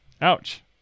ouch